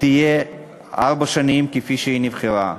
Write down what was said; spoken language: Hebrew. תהיה ארבע שנים, כפי שהיא נבחרה,